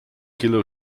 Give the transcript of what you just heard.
kilo